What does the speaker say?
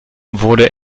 wurde